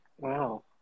Wow